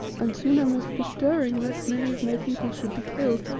and soon i must be stirring lest many of my people should be killed.